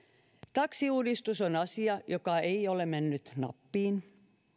taksiuudistus on asia joka ei ole mennyt nappiin